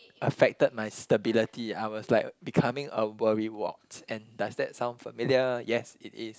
affected my stability I was like becoming a worrywart and does that sound familiar yes it is